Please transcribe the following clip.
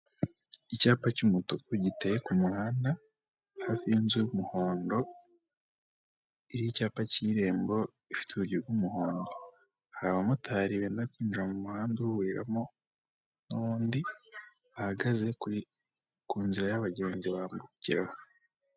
Icyapa cy'umutuku giteye ku muhanda hafi y'inzu y'umuhondo iriho icyapa cy'irembo ifite n'urugi rw'umuhondo. Hari abamotari benda kwinjira mu muhanda uhuriramo n'undi bahagaze ku nzira y'abagenzi bambukiraho.